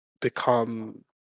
become